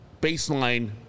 baseline